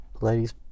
ladies